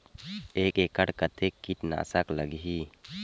एक एकड़ कतेक किट नाशक लगही?